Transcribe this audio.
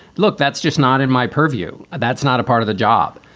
look, that's just not in my purview. that's not a part of the job.